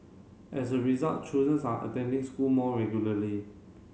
as a result children's are attending school more regularly